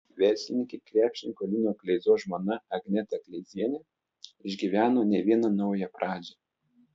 verslininkė krepšininko lino kleizos žmona agneta kleizienė išgyveno ne vieną naują pradžią